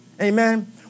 Amen